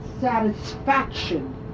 satisfaction